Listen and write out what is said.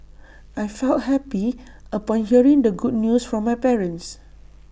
I felt happy upon hearing the good news from my parents